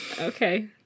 Okay